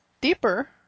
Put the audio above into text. deeper